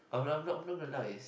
I'm not not gonna lie